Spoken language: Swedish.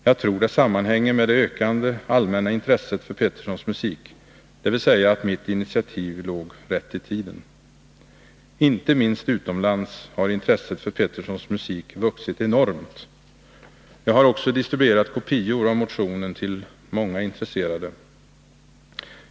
Jag tror att det sammanhänger med det ökande allmänna intresset för Petterssons musik, dvs. att mitt initiativ låg rätt i tiden. Inte minst utomlands har intresset för Petterssons musik vuxit enormt. Jag har också distribuerat kopior av motionen till många intresserade.